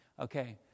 Okay